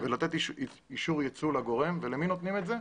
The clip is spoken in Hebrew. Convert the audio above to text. ולתת אישור יצוא לגורם אבל למי נותנים את זה?